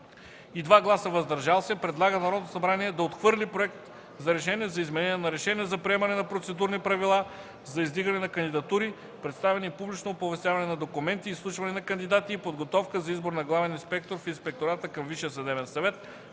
по правни въпроси предлага на Народното събрание да отхвърли Проект на решение за изменение на Решение за приемане на процедурни правила за издигане на кандидатури, представяне и публично оповестяване на документи, изслушване на кандидати и подготовка за избор на главен инспектор в Инспектората към